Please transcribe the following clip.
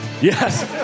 Yes